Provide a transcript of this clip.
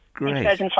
Great